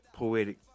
poetic